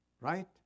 right